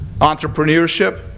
entrepreneurship